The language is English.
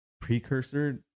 precursor